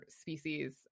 species